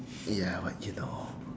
ya but you know